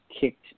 kicked